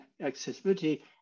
accessibility